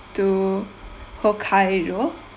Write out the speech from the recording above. to hokkaido